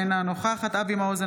אינה נוכחת אבי מעוז,